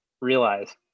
realize